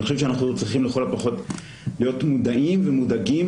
אני חושב שאנחנו צריכים לכל פחות להיות מודעים ומודאגים